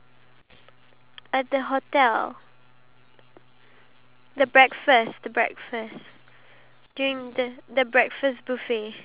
and then once I saw this this person he's so dumb he go and put like gooey stuff inside and then the whole thing got stuck